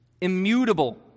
immutable